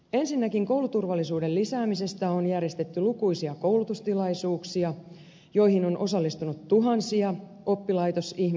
ensinnäkin kouluturvallisuuden lisäämisestä on järjestetty lukuisia koulutustilaisuuksia joihin on osallistunut tuhansia oppilaitosihmisiä